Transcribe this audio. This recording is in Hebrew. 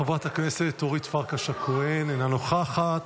חברת הכנסת אורית פרקש הכהן, אינה נוכחת,